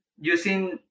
using